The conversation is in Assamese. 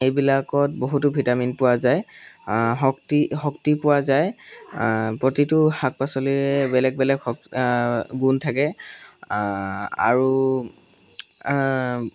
এইবিলাকত বহুতো ভিটামিন পোৱা যায় শক্তি শক্তি পোৱা যায় প্ৰতিটো শাক পাচলিয়ে বেলেগ বেলেগ শ গুণ থাকে আৰু